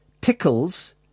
tickles